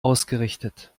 ausgerichtet